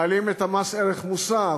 מעלים את מס ערך מוסף,